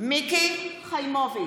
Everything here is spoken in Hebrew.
מיקי חיימוביץ'